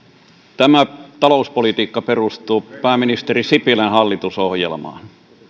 tämä talouspolitiikka perustuu pääministeri sipilän hallitusohjelmaan